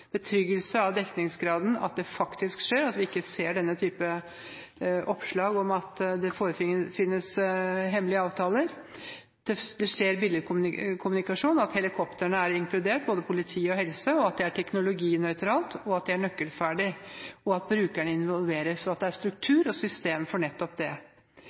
betryggelse av dekningsgraden – at det faktisk skjer, og at vi ikke ser denne type oppslag om at det finnes hemmelige avtaler – bildekommunikasjon, at helikoptrene, både innen politi og helse, er inkludert, at det er teknologinøytralt, at det er nøkkelferdig, at brukerne involveres, og at det er struktur og system for nettopp det.